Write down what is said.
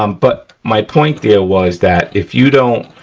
um but my point there was that if you don't,